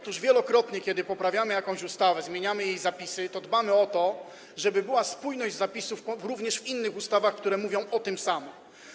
Otóż wielokrotnie, kiedy poprawiamy jakąś ustawę, zmieniamy jej zapisy, dbamy o to, żeby była spójność zapisów w innych ustawach, które mówią o tym samym.